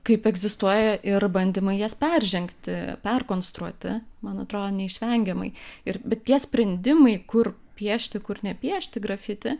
kaip egzistuoja ir bandymai jas peržengti perkonstruoti man atrodo neišvengiamai ir bet tie sprendimai kur piešti kur nepiešti grafiti